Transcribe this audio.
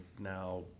now